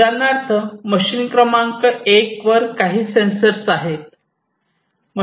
उदाहरणार्थ मशीन क्रमांक एक वर काही सेन्सर आहेत